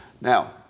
Now